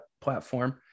platform